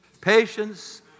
Patience